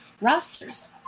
rosters